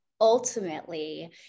ultimately